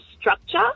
structure